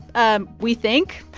ah we think.